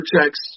checks